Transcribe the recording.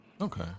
Okay